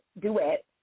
Duet